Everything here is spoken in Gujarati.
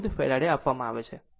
0014 ફેરાડે આપવામાં આવે છે